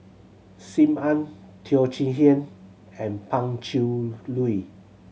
Sim Ann Teo Chee Hean and Pan Cheng Lui